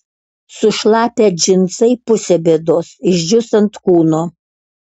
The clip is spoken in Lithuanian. sušlapę džinsai pusė bėdos išdžius ant kūno